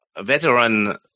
veteran